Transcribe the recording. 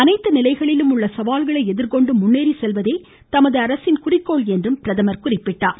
அனைத்து நிலைகளிலும் உள்ள சவால்களை எதிர்கொண்டு முன்னேறி செல்வதே தமது அரசின் குறிக்கோள் என்றும் அவர் குறிப்பிட்டார்